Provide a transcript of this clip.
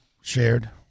shared